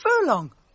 Furlong